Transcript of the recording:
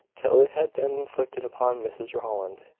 till it had been inflicted upon mrs rowland.